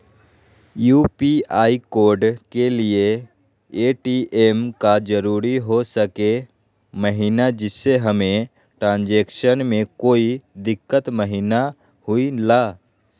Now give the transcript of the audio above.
UPI code के लिए ATM का जरूरी हो सके महिना जिससे हमें ट्रांजैक्शन में कोई दिक्कत महिना हुई ला?